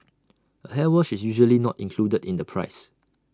A hair wash is usually not included in the price